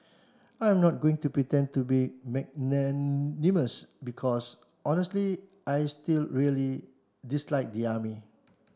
I am not going to pretend to be magnanimous because honestly I still really dislike the army